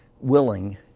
willing